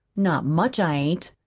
not much ain't!